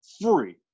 Free